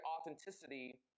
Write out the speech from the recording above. authenticity